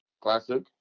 Classic